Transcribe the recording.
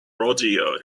rodeo